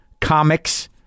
Comics